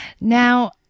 Now